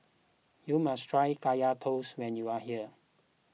you must try Kaya Toast when you are here